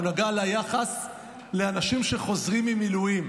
הוא נגע ליחס לאנשים שחוזרים ממילואים,